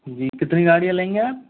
जी कितनी गाड़ियाँ लेंगे आप